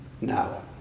now